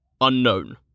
unknown